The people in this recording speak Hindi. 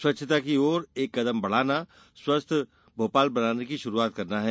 स्वच्छता की ओर एक कदम बढ़ाना स्वस्थ भोपाल बनाने की शुरुआत करना है